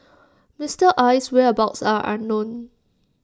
Mister Aye's whereabouts are unknown